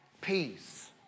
Peace